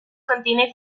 contiene